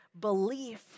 Belief